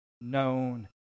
known